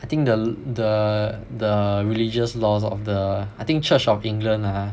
I think the the the religious laws of the I think church of England lah ha